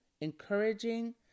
encouraging